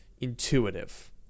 intuitive